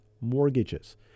mortgages